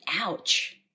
Ouch